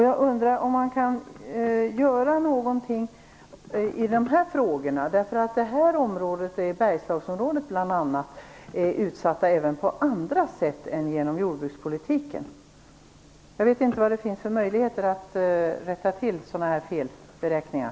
Jag undrar om man kan göra någonting i dessa frågor. Detta område, där bl.a. Bergslagen ingår, är utsatt även på andra sätt än genom jordbrukspolitiken. Jag vet inte vad det finns för möjligheter att rätta till sådana felberäkningar.